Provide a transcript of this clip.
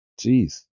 Jeez